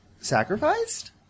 sacrificed